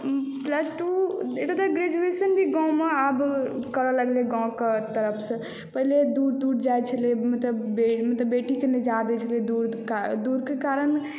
plus two एतय तक graduation भी गाममे आब करय लगलै गामके तरफसँ पहिने दूर दूर जाइत छलै मतलब बे मतलब बेटीकेँ नहि जाय दैत छलै दूरके कार दूरके कारण